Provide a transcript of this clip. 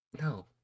No